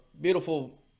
beautiful